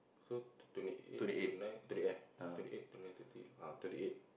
so twenty eight twenty nine twenty eh twenty eight twenty nine thirty ah thirty eight